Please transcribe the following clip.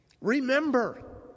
remember